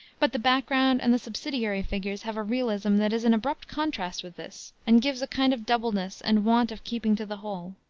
but the background and the subsidiary figures have a realism that is in abrupt contrast with this, and gives a kind of doubleness and want of keeping to the whole.